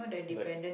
like